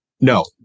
No